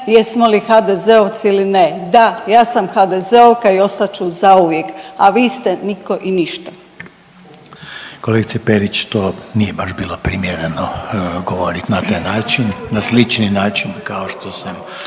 jesmo li HDZ-ovci ili ne, da ja sam HDZ-ovka i ostat ću zauvijek, a vi ste niko i ništa. **Reiner, Željko (HDZ)** Kolegice Perić, to nije baš bilo primjereno govorit na taj način, na slični način kao što sam